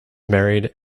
married